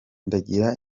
ndagira